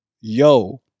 yo